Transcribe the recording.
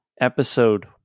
episode